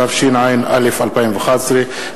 התשע"א 2011,